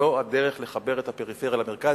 זו הדרך לחבר את הפריפריה למרכז,